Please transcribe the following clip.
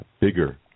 bigger